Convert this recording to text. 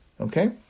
Okay